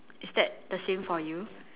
is that the same for you